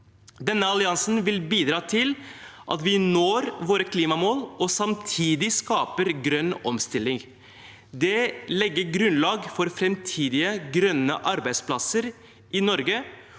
Denne alliansen vil bidra til at vi når våre klimamål og samtidig skaper grønn omstilling. Det legger grunnlag for framtidige grønne arbeidsplasser i Norge